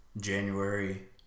January